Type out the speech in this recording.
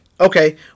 Okay